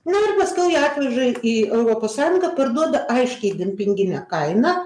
nu ir paskiau jie atveža į europos sąjungą parduoda aiškiai dempingine kaina